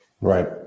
Right